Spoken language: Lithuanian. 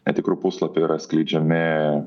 netikrų puslapių yra skleidžiami